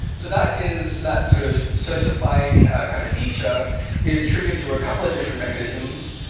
so that is that sort of certifying kind of feature is triggered through a couple of different mechanisms,